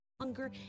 Hunger